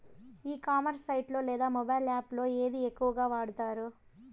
ఈ commerce site లో లేదా మొబైల్ యాప్ లో ఏది ఎక్కువగా వాడుతారు?